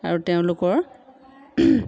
আৰু তেওঁলোকৰ